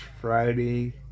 Friday